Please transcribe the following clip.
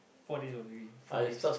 four days already four days